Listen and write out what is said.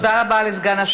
תודה רבה לסגן השר ירון מזוז.